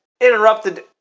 interrupted